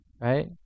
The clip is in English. right